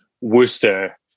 Worcester